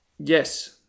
yes